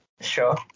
Sure